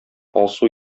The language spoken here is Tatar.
алсу